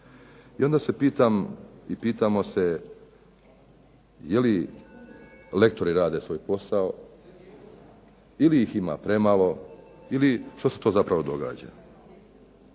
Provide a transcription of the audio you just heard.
i onda se pitam i pitamo se je li lektori rade svoj posao ili ih ima premalo ili što se to zapravo događa?